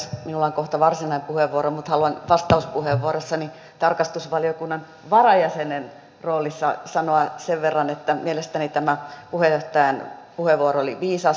minulla on kohta varsinainen puheenvuoro mutta haluan vastauspuheenvuorossani tarkastusvaliokunnan varajäsenen roolissa sanoa sen verran että mielestäni tämä puheenjohtajan puheenvuoro oli viisas